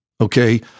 okay